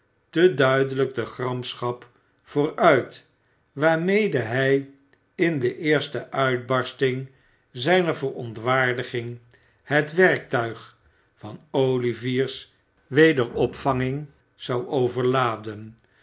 te duidelijk de gramschap vooruit waarmede hij in de eerste uitbarsting zijner verontwaardiging het werktuig van o ivier's wederopvanging zou overladen